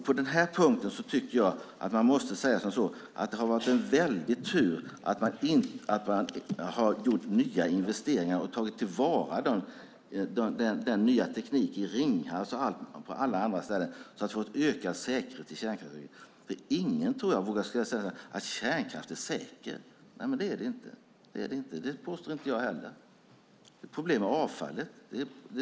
På den här punkten tycker jag att man måste säga att det har varit en väldig tur att man har gjort nya investeringar och tagit till vara den nya tekniken i Ringhals och på alla andra ställen så att vi har fått ökad säkerhet i kärnkraftverken. Jag tror inte att någon vågar säga att kärnkraft är säker. Det är den inte - det påstår inte jag heller. Det är problem med avfallet.